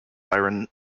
byron